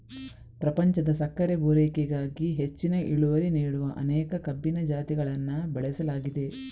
ಪ್ರಪಂಚದ ಸಕ್ಕರೆ ಪೂರೈಕೆಗಾಗಿ ಹೆಚ್ಚಿನ ಇಳುವರಿ ನೀಡುವ ಅನೇಕ ಕಬ್ಬಿನ ಜಾತಿಗಳನ್ನ ಬೆಳೆಸಲಾಗಿದೆ